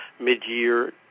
mid-year